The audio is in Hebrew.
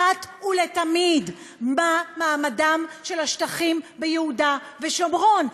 אחת ולתמיד, מה מעמדם של השטחים ביהודה ושומרון?